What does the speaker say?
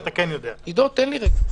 עידו, תן לי רגע.